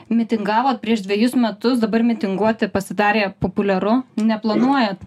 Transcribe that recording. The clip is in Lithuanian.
mitingavo prieš dvejus metus dabar mitinguoti pasidarė populiaru neplanuojat